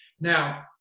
Now